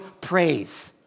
praise